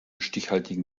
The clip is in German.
stichhaltigen